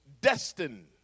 destined